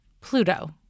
Pluto